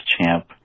champ